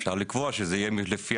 אפשר לקבוע שזה יהיה לפי